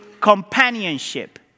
companionship